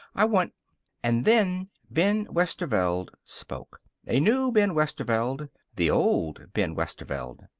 i want and then ben westerveld spoke. a new ben westerveld the old ben westerveld.